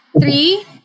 Three